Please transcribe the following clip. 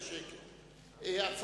רבותי,